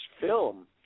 film